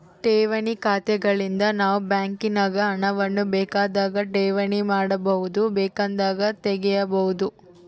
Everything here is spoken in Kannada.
ಠೇವಣಿ ಖಾತೆಗಳಿಂದ ನಾವು ಬ್ಯಾಂಕಿನಾಗ ಹಣವನ್ನು ಬೇಕಾದಾಗ ಠೇವಣಿ ಮಾಡಬಹುದು, ಬೇಕೆಂದಾಗ ತೆಗೆಯಬಹುದು